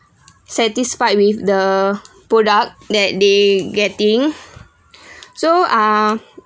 satisfied with the product that they getting so ah